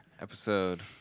episode